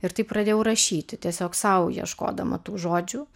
ir taip pradėjau rašyti tiesiog sau ieškodama tų žodžių